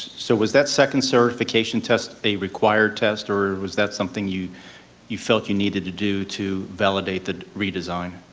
so was that second certification test a required test or was that something you you felt you needed to do to validate the redesign?